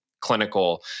clinical